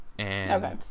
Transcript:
Okay